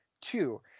two